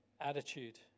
Attitude